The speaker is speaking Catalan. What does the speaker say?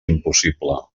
impossible